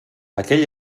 aquell